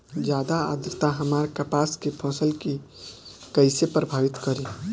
ज्यादा आद्रता हमार कपास के फसल कि कइसे प्रभावित करी?